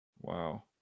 Wow